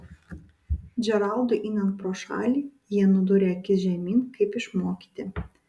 džeraldui einant pro šalį jie nudūrė akis žemyn kaip išmokyti